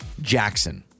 Jackson